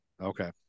Okay